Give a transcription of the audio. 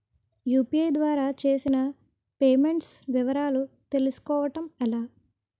UPI ద్వారా చేసిన payments వివరాలు తెలుసుకోవటం ఎలా?